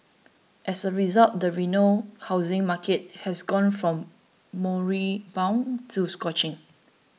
as a result the Reno housing market has gone from moribund to scorching